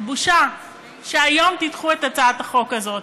בושה שהיום תדחו את הצעת החוק הזאת.